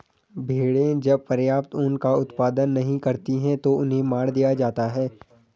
भेड़ें जब पर्याप्त ऊन का उत्पादन नहीं करती हैं तो उन्हें मार दिया जाता है